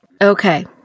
Okay